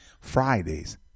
Fridays